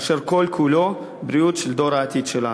אשר כל-כולו בריאות של דור העתיד שלנו.